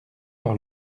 par